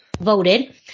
voted